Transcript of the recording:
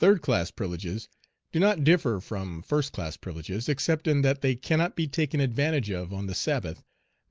third-class privileges do not differ from first class privileges, except in that they cannot be taken advantage of on the sabbath